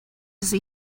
see